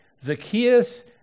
Zacchaeus